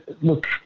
look